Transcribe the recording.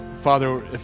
Father